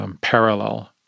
parallel